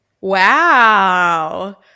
Wow